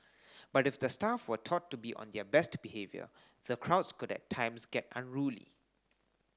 but if the staff were taught to be on their best behaviour the crowds could at times get unruly